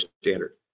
standard